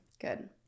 good